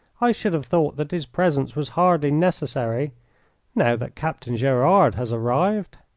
i should have thought that his presence was hardly necessary now that captain gerard has arrived.